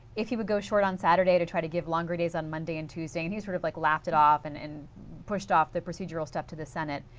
if you would go short on saturday to try to give longer days on monday and tuesday and he sort of like laughed it off, and and push off the procedural stuff to the senate.